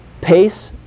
Pace